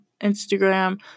instagram